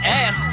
ass